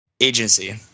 Agency